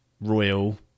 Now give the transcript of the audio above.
Royal